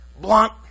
blunt